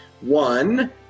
One